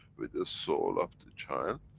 with the soul of the child,